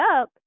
up